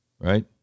Right